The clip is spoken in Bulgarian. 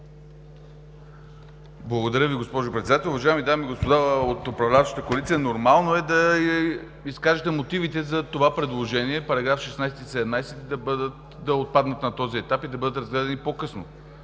Благодаря Ви, госпожо Председател. Уважаеми дами и господа от управляващата коалиция, нормално е да изкажете мотивите за това предложение – параграфи 16 и 17 да отпаднат на този етап и да бъдат разгледани по-късно.